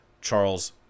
Charles